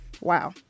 Wow